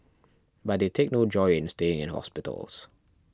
but they take no joy in staying in hospitals